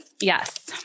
Yes